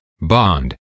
bond